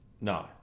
No